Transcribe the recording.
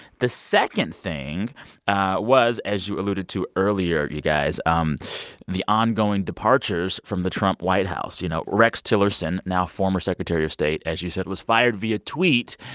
the second thing ah was, as you alluded to earlier, you guys, um the ongoing departures from the trump white house. you know, rex tillerson, now former secretary of state, as you said, was fired via tweet.